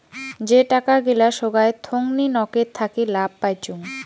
যে টাকা গিলা সোগায় থোঙনি নকের থাকি লাভ পাইচুঙ